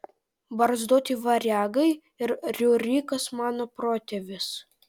barzdoti variagai ir riurikas mano protėvis